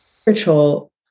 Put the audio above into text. spiritual